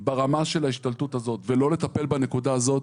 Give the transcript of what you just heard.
ברמה של ההשתלטות הזאת ולא לטפל בנקודה הזאת,